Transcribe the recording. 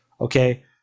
okay